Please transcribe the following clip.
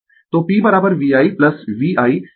तो P VI V ' I'